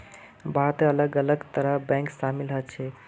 भारतत अलग अलग तरहर बैंक शामिल ह छेक